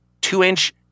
two-inch